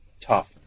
tough